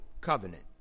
Covenant